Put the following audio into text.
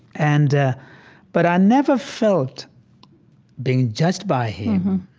and ah but i never felt being judged by him,